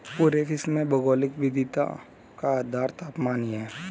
पूरे विश्व में भौगोलिक विविधता का आधार तापमान ही है